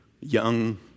Young